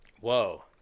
Whoa